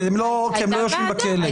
כי הם לא יושבים בכלא.